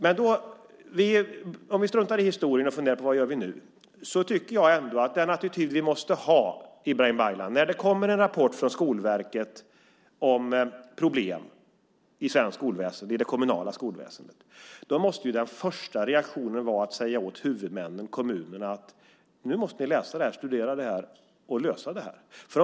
Men låt oss strunta i historien och fundera på vad vi gör nu. Jag tycker, Ibrahim Baylan, att när det kommer en rapport från Skolverket om problem i det kommunala skolväsendet måste den första reaktionen vara att säga åt huvudmännen, det vill säga kommunerna, att läsa och studera detta och lösa problemen.